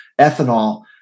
ethanol